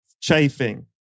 chafing